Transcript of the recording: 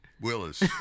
Willis